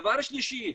דבר נוסף,